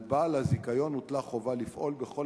על בעל הזיכיון הוטלה חובה לפעול בכל